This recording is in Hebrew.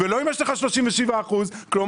ולא אם יש לך 37%. כלומר,